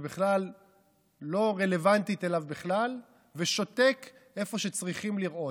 שבכלל לא רלוונטית אליו ושותק איפה שצריכים לראות,